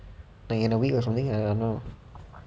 like in a week or something I don't know